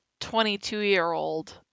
22-year-old